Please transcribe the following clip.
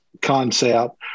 concept